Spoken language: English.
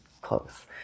close